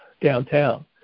downtown